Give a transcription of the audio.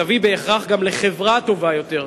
תביא בהכרח גם לחברה טובה יותר,